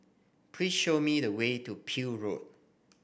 please show me the way to Peel Road